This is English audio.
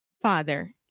Father